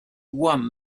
won